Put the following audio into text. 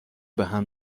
بهم